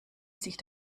sich